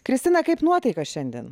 kristina kaip nuotaika šiandien